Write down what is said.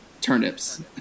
turnips